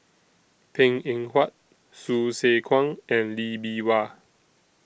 Png Eng Huat Hsu Tse Kwang and Lee Bee Wah